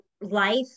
life